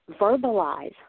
verbalize